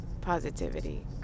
positivity